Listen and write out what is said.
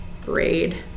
braid